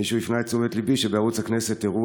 מישהו הפנה את תשומת ליבי שבערוץ הכנסת ראו